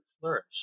flourish